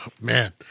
man